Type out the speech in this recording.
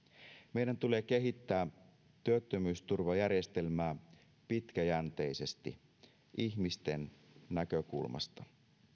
meidän tulee kehittää työttömyysturvajärjestelmää pitkäjänteisesti ihmisten näkökulmasta